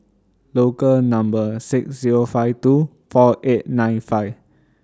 Local Number six Zero five two four eight nine five